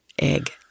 egg